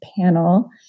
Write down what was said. panel